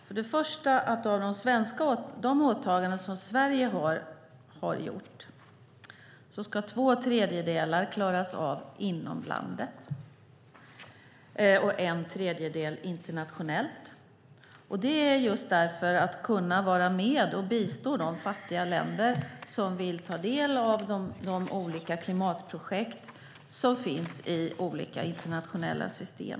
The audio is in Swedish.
Först och främst: Av de svenska åtagandena ska två tredjedelar klaras av inom landet och en tredjedel internationellt just för att kunna vara med och bistå de fattiga länder som vill ta del av de olika klimatprojekt som finns i olika internationella system.